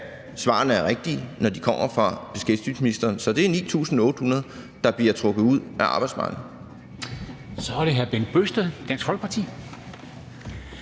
svarene er rigtige, når de kommer fra beskæftigelsesministeren. Så det er 9.800, der bliver trukket ud af arbejdsmarkedet. Kl. 14:28 Formanden (Henrik